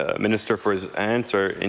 ah minister for his answer, and,